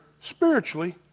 spiritually